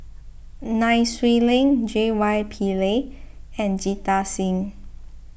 Nai Swee Leng J Y Pillay and Jita Singh